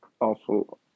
awful